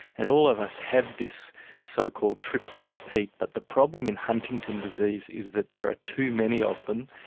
and all of us have this so-called triplet repeat, but the problem in huntington's disease is that there are too many of them,